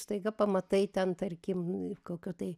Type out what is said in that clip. staiga pamatai ten tarkim kokio tai